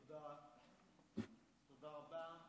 תודה רבה.